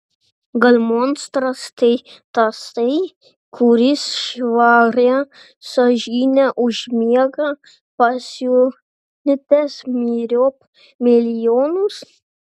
gal monstras tai tasai kuris švaria sąžine užmiega pasiuntęs myriop milijonus